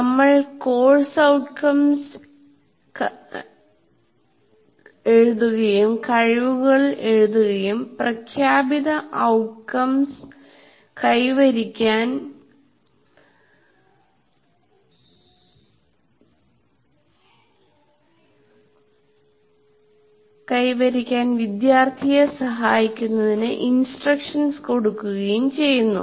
നമ്മൾ course outcomes കഴിവുകളും എഴുതുകയും പ്രഖ്യാപിത ഔട്ട്കംസ് കൈവരിക്കാൻ വിദ്യാർത്ഥിയെ സഹായിക്കുന്നതിന് ഇൻസ്ട്രക്ഷൻസ് കൊടുക്കുകയും ചെയ്യുന്നു